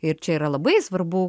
ir čia yra labai svarbu